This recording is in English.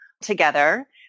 together